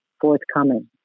forthcoming